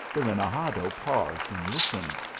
the renegado paused and listened.